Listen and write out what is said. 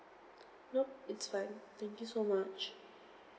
nope it's fine thank you so much